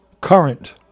current